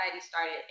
started